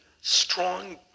strong